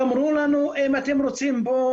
אמרתי את זה בתחילת הדיון -רוח חדשה נושבת בנגב.